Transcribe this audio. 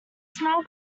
smell